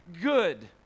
good